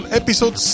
episode